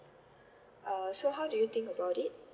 uh so how do you think about it